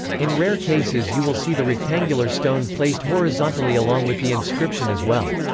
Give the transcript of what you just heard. in rare cases you will see the rectangular stone placed horizontally along with the inscription as well.